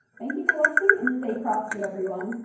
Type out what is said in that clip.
thank you for watching and stay crafty everyone.